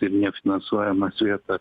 ir nefinansuojamas vietas